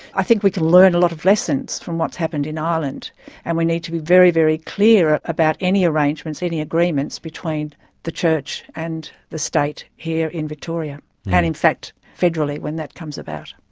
i think we can learn a lot of lessons from what's happened in ireland and we need to be very, very clear about any arrangements, any agreements, between the church and the state here in victoria and in fact federally, when that comes about.